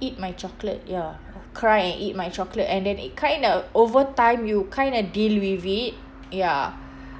eat my chocolate ya I'll cry and eat my chocolate and then it kinda over time you kinda deal with it ya